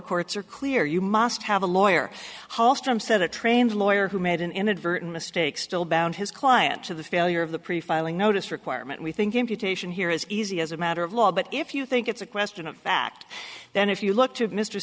courts are clear you must have a lawyer holstrom said a trained lawyer who made an inadvertent mistake still bound his client to the failure of the pre filing notice requirement we think imputation here is easy as a matter of law but if you think it's a question of fact then if you look to mr